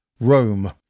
Rome